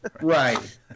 Right